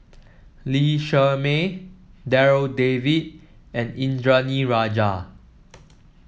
Lee Shermay Darryl David and Indranee Rajah